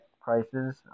prices